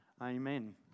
Amen